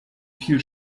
viel